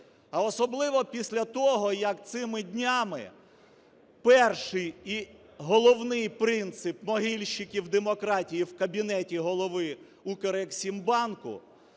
А особливо після того, як цими днями перший і головний принцип "могильників" демократії в кабінеті голови Укрексімбанку,